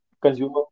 consumer